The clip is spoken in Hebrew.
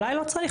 אולי לא צריך,